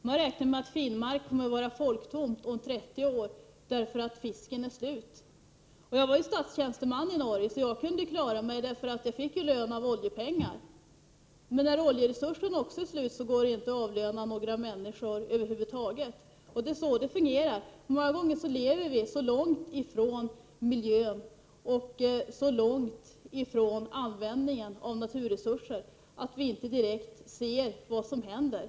Man räknar med att Finnmark kommer att vara folktomt om ca 30 år, eftersom fisken då är slut. Jag var statstjänsteman i Norge och kunde klara mig, eftersom jag fick lön av oljepengar. När oljeresurserna tar slut, går det inte att avlöna några människor över huvud taget. Det är så det fungerar. Många gånger lever vi så långt ifrån miljön och så långt ifrån användningen av naturresurser att vi inte direkt ser vad som händer.